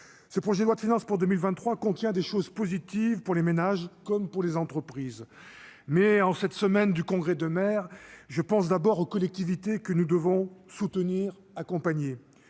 ce projet de loi de finances pour 2023 contient des choses positives pour les ménages, comme pour les entreprises, mais en cette semaine du congrès de mer je pense d'abord aux collectivités que nous devons soutenir, accompagner